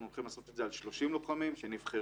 הולכים לעשות את זה עם 30 לוחמים שנבחרו.